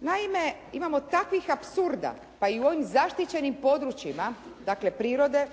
Naime, imamo takvih apsurda pa i u ovim zaštićenim područjima dakle prirode